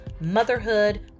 motherhood